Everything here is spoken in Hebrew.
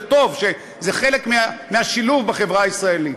וטוב זה חלק מהשילוב בחברה הישראלית.